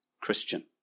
Christian